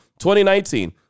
2019